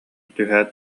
түһээт